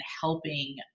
helping